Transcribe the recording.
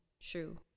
true